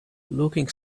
looking